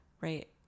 right